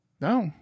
No